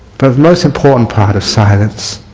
but most important part of silence